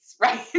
right